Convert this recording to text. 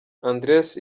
andreas